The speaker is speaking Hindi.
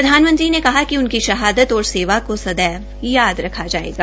प्रधानमंत्री ने कहा कि उनकी शहादत और सेवा को सदैव याद रखा जायेगा